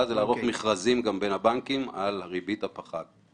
לערוך מכרזים בין הבנקים על הריבית הפחת.